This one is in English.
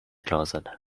closet